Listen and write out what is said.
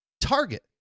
Target